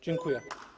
Dziękuję.